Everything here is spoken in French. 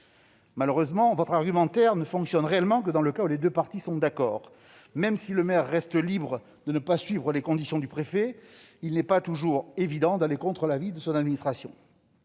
Malheureusement, votre argumentaire ne fonctionne réellement que dans le cas où les deux parties sont d'accord. Même si le maire reste libre de ne pas suivre les conclusions du préfet, il n'est pas toujours évident d'aller contre l'avis de l'administration.